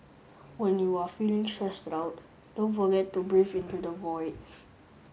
when you are feeling stressed out don't forget to breathe into the void